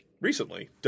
recently